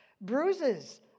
bruises